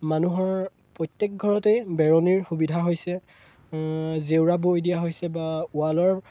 মানুহৰ প্ৰত্যেক ঘৰতেই বেৰণিৰ সুবিধা হৈছে জেওৰা বৈ দিয়া হৈছে বা ৱালৰ